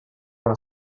want